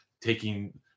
taking